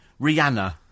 Rihanna